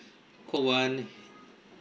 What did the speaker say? call one